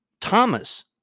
Thomas